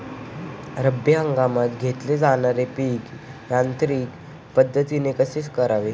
रब्बी हंगामात घेतले जाणारे पीक यांत्रिक पद्धतीने कसे करावे?